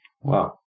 Wow